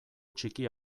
txiki